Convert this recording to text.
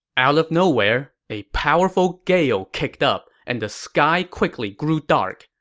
out of nowhere, a powerful gale kicked up, and the sky quickly grew dark.